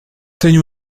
tenho